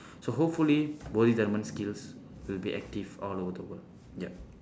so hopefully bodhidharma skills will be active all over the world yup